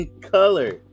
Color